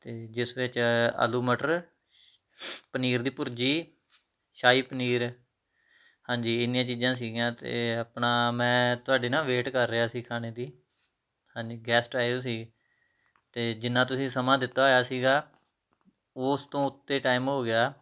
ਅਤੇ ਜਿਸ ਵਿੱਚ ਆਲੂ ਮਟਰ ਪਨੀਰ ਦੀ ਭੁਰਜੀ ਸਾਹੀ ਪਨੀਰ ਹਾਂਜੀ ਇੰਨੀਆਂ ਚੀਜ਼ਾਂ ਸੀਗੀਆਂ ਅਤੇ ਆਪਣਾ ਮੈਂ ਤੁਹਾਡੇ ਨਾ ਵੇਟ ਕਰ ਰਿਹਾ ਸੀ ਖਾਣੇ ਦੀ ਗੈਸਟ ਆਏ ਹੋਏ ਸੀ ਅਤੇ ਜਿੰਨਾ ਤੁਸੀਂ ਸਮਾਂ ਦਿੱਤਾ ਹੋਇਆ ਸੀਗਾ ਉਸ ਤੋਂ ਉੱਤੇ ਟਾਈਮ ਹੋ ਗਿਆ